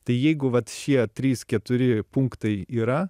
tai jeigu vat šie trys keturi punktai yra